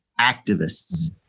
activists